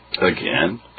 Again